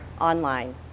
online